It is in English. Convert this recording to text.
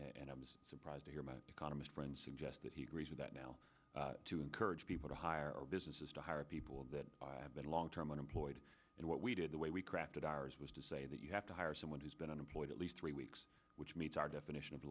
and i was surprised to hear my economist friends suggest that he agrees with that now to encourage people to hire or businesses to hire people that have been long term unemployed and what we did the way we crafted ours was to say that you have to hire someone who's been unemployed at least three weeks which meets our definition of